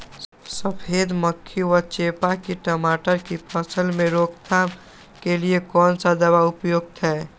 सफेद मक्खी व चेपा की टमाटर की फसल में रोकथाम के लिए कौन सा दवा उपयुक्त है?